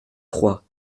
trois